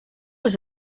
was